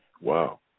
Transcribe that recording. Wow